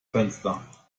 fenster